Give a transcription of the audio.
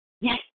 yes